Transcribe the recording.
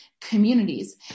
communities